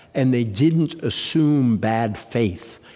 and they didn't assume bad faith.